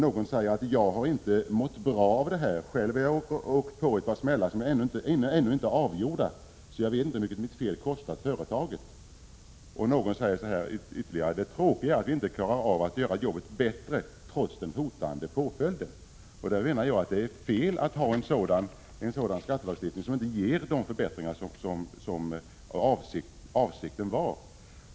Någon säger: Jag har inte mått bra av det här — själv har jag åkt på ett par smällar som ännu inte är avgjorda, så jag vet inte hur mycket mitt fel har kostat företaget. Någon säger: Det tråkiga är att vi inte klarar av att göra jobbet bättre trots den hotande påföljden. Jag menar att det är fel att ha en sådan skattelagstiftning som inte ger de förbättringar som man avsåg att skapa.